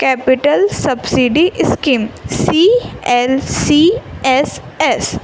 capital subsidy scheme C L C S S